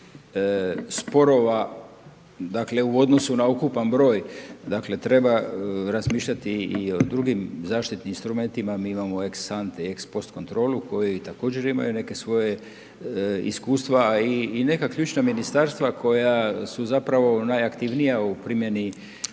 sporova, dakle u odnosu na ukupan broj. Dakle treba razmišljati i o drugim zaštitnim instrumentima, mi imamo ex sante i ex post kontrolu koje također imaju neke svoje, iskustva i neka ključna ministarstva koja su zapravo najaktivnija u primjeni